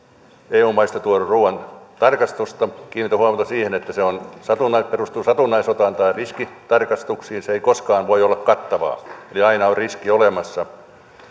eu maista tuodun ruuan tarkastusta kiinnitän huomiota siihen että se perustuu satunnaisotantaan ja riskitarkastuksiin se ei koskaan voi olla kattavaa eli aina on riski olemassa